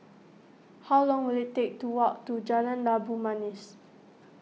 how long will it take to walk to Jalan Labu Manis